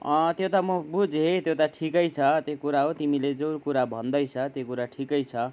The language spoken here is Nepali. त्यो त म बुझे त्यो त ठिकै छ त्यो कुरा हो तिमीले जो कुरा भन्दै छ त्यो कुरा ठिकै छ